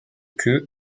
queue